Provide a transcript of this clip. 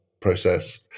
Process